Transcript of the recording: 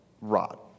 rot